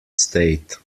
state